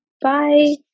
Bye